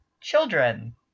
children